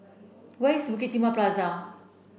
where is Bukit Timah Plaza